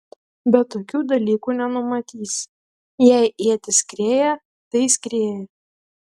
bet tokių dalykų nenumatysi jei ietis skrieja tai skrieja